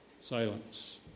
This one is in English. silence